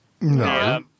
No